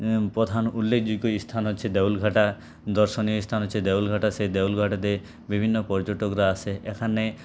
প্রধান উল্লেখযোগ্য স্থান হচ্ছে দেউলঘাটা দর্শনীয় স্থান হচ্ছে দেউলঘাটা সেই দেউলঘাটাতে বিভিন্ন পর্যটকরা আসে এখানে